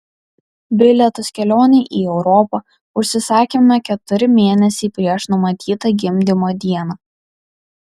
bilietus kelionei į europą užsisakėme keturi mėnesiai prieš numatytą gimdymo dieną